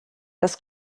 das